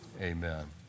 amen